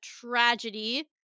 tragedy